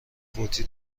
فوتی